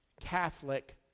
Catholic